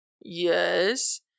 Yes